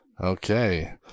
Okay